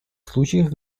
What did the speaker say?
случаях